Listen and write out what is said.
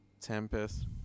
Tempest